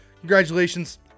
congratulations